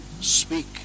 speak